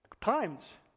Times